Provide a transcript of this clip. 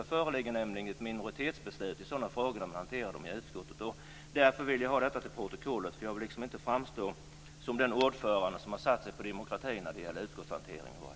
Det är nämligen minoritetsbeslut som gäller när man hanterar sådana frågor i utskottet. Det är därför jag vill ha detta till protokollet. Jag vill inte framstå som en ordförande som sätter sig på demokratin när det gäller utskottshanteringen.